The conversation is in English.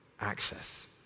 access